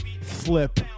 flip